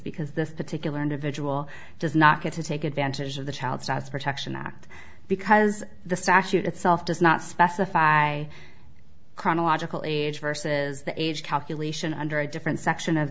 because this particular individual does not get to take advantage of the child size protection act because the statute itself does not specify chronological age versus the age calculation under a different section of